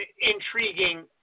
intriguing